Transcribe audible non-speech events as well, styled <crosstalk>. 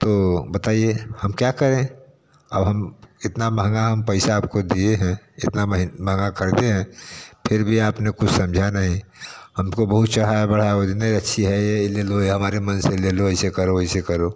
तो बताइए हम क्या करें अब हम इतना महँगा हम पैसा आपको दिए हैं इतना महिन महँगा खरीदे हैं फिर भी आपने कुछ समझा नहीं हमको बहुत चढ़ाया बढ़ाया <unintelligible> इतने अच्छी है ये ये ले लो ये हमारे मन से ले लो ऐसे करो वैसे करो